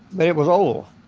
but it was old.